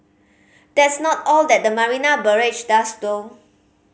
that's not all that the Marina Barrage does though